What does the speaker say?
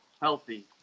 healthy